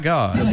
God